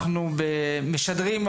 אנחנו משדרים,